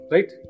Right